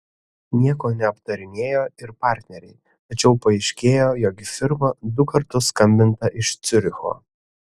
nieko neaptarinėjo ir partneriai tačiau paaiškėjo jog į firmą du kartus skambinta iš ciuricho